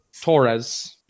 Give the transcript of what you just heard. Torres